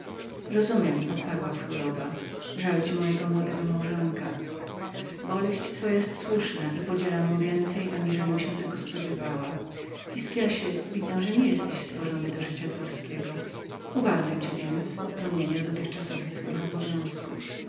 rozumiem odparła królowa żal ci mojego młodego małżonka boleść twoja jest słuszną i podzielam ją więcej aniżelim się tego spodziewała hiskiaszu widzę że nie jesteś stworzonym do życia dworskiego uwalniam cię więc od pełnienia dotychczasowych twoich obowiązków